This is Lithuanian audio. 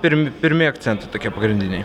pirm pirmi akcentai tokie pagrindiniai